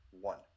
one